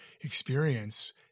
experience